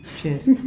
cheers